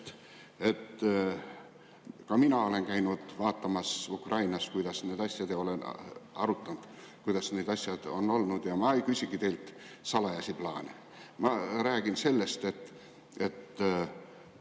Ka mina olen käinud Ukrainas vaatamas, kuidas need asjad on ja oleme arutanud, kuidas need asjad on olnud. Ma ei küsigi teilt salajasi plaane. Ma räägin sellest, et